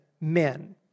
men